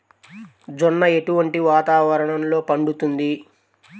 జొన్న ఎటువంటి వాతావరణంలో పండుతుంది?